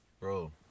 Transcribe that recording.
Bro